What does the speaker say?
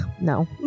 No